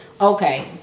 okay